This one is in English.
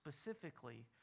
Specifically